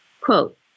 Quote